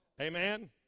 Amen